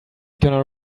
gonna